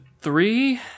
three